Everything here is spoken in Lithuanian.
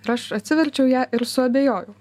ir aš atsiverčiau ją ir suabejojau